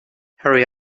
hurry